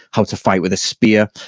how to fight with a spear.